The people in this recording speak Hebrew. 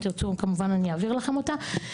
אם תרצו כמובן אני אעביר לכם אותה,